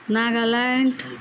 Nagaland